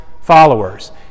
followers